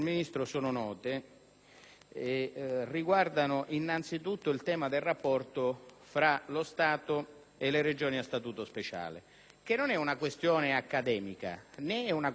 e riguardano innanzi tutto il tema del rapporto fra lo Stato e le Regioni a Statuto speciale, che non è una questione accademica né teorica.